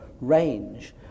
range